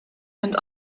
and